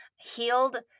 healed